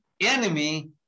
enemy